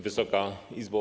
Wysoka Izbo!